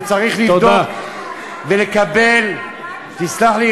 וצריך לבדוק ולקבל, תודה.